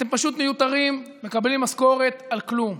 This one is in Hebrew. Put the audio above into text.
אתם פשוט מיותרים, מקבלים משכורת על כלום.